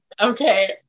Okay